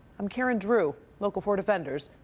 i'm karen drew, local four defenders.